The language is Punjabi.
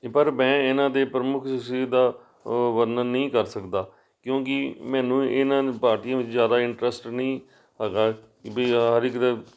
ਇਹ ਪਰ ਮੈਂ ਇਹਨਾਂ ਦੇ ਪ੍ਰਮੁੱਖ ਉਸ ਚੀਜ਼ ਦਾ ਵਰਣਨ ਨਹੀਂ ਕਰ ਸਕਦਾ ਕਿਉਂਕਿ ਮੈਨੂੰ ਇਹਨਾਂ ਨੇ ਪਾਰਟੀਆਂ ਵਿੱਚ ਜ਼ਿਆਦਾ ਇੰਟਰਸਟ ਨਹੀਂ ਹੈਗਾ ਵੀ ਹਰ ਇੱਕ ਦੇ